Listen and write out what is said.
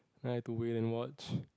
and I have to wait them watch